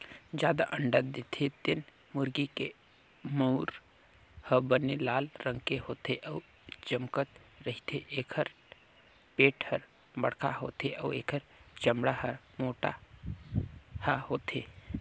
जादा अंडा देथे तेन मुरगी के मउर ह बने लाल रंग के होथे अउ चमकत रहिथे, एखर पेट हर बड़खा होथे अउ एखर चमड़ा हर मोटहा होथे